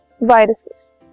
viruses